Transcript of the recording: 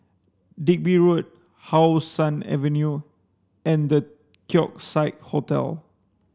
Digby Road How Sun Avenue and Keong Saik Hotel